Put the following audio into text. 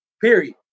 Period